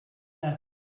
left